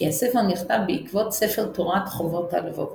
כי הספר נכתב בעקבות ספר תורת חובות הלבבות.